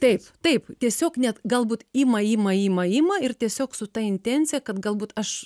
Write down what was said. taip taip tiesiog net galbūt ima ima ima ima ir tiesiog su ta intencija kad galbūt aš